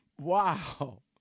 Wow